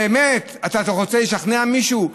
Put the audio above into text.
באמת, אתה רוצה לשכנע מישהו?